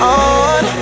on